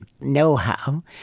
know-how